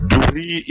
Duri